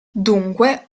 dunque